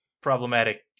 problematic